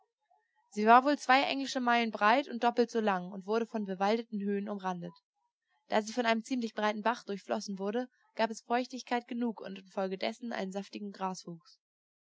sie war wohl zwei englische meilen breit und doppelt so lang und wurde von bewaldeten höhen umrandet da sie von einem ziemlich breiten bach durchflossen wurde gab es feuchtigkeit genug und infolgedessen einen saftigen graswuchs